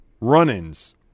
run-ins